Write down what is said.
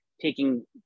taking